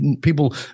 people